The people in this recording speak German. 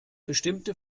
bestimmte